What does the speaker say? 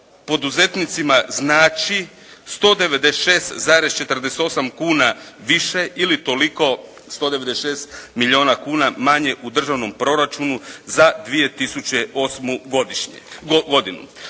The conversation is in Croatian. poduzetnicima znači 196,48 kuna više ili toliko 196 kuna manje u državnom proračunu za 2008. godinu.